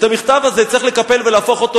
את המכתב הזה צריך לקפל ולהפוך אותו,